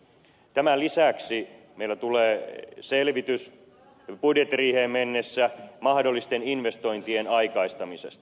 tämän lisäksi meillä tulee selvitys budjettiriiheen mennessä mahdollisten investointien aikaistamisesta